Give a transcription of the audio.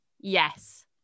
Yes